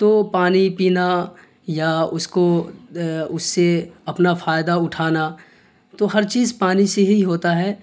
تو پانی پینا یا اس کو اس سے اپنا فائدہ اٹھانا تو ہر چیز پانی سے ہی ہوتا ہے